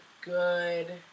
good